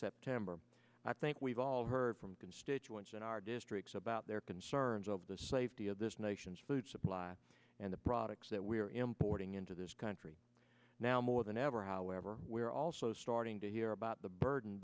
september i think we've all heard from constituents in our districts about their concerns of the safety of this nation's food supply and the products that we're importing into this country now more than ever however we're also starting to hear about the burden